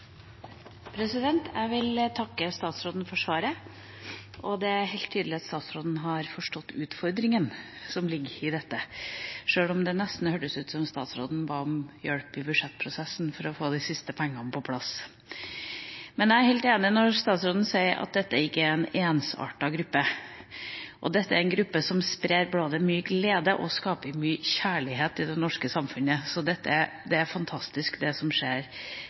Jeg vil takke statsråden for svaret. Det er helt tydelig at statsråden har forstått utfordringa som ligger i dette, sjøl om det nesten hørtes ut som om statsråden ba om hjelp i budsjettprosessen for å få de siste pengene på plass. Jeg er helt enig når statsråden sier at dette ikke er en ensartet gruppe. Dette er en gruppe som både sprer mye glede og som skaper mye kjærlighet i det norske samfunnet, så det er fantastisk det som skjer